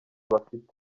bafite